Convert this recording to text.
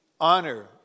Honor